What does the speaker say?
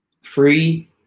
Free